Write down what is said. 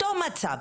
אותו מצב.